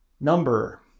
number